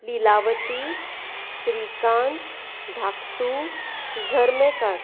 Lilavati Shrikant Dhaktu Zarmekar